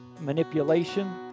manipulation